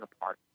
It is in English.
apart